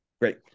Great